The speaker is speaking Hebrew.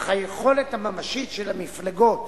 אך היכולת הממשית של המפלגות